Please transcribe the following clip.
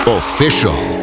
official